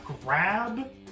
grab